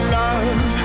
love